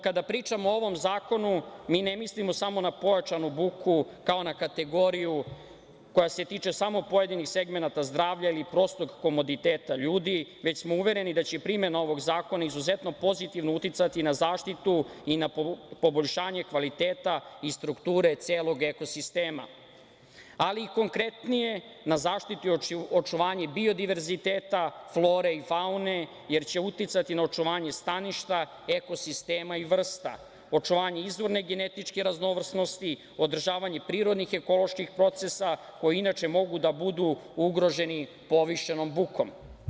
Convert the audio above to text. Kada pričamo o ovom zakonu, mi ne mislimo samo na pojačanu buku kao na kategoriju koja se tiče samo pojedinih segmenata zdravlja ili prostog komoditeta ljudi, već smo uvereni da će primena ovog zakona izuzetno pozitivno uticati na zaštitu i na poboljšanje kvaliteta i strukture celog eko sistema, ali i konkretnije, na zaštitu i očuvanje biodiverziteta flore i faune, jer će uticati na očuvanje staništa eko sistema i vrsta, očuvanje izvorne genetičke raznovrsnosti, održavanje prirodnih ekoloških procesa koji inače mogu da budu ugroženi povišenom bukom.